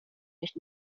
nicht